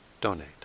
donate